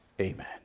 Amen